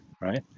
Right